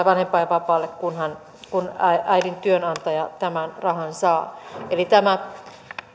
vanhempainvapaalle kun äidin työnantaja tämän rahan saa tämä